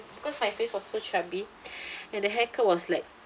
because my face was so chubby and the hair cut was like